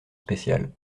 spéciale